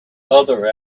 other